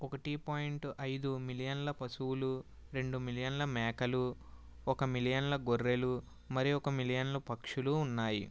ఒకటి పాయింట్ ఐదు మిలియన్ల పశువులు రెండు మిలియన్ల మేకలు ఒక మిలియన్ల గొర్రెలు మరియు ఒక మిలియన్ల పక్షులు ఉన్నాయి